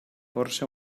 forse